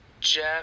Jeff